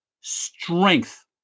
strength